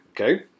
Okay